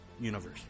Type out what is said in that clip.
universe